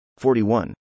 41